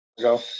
Go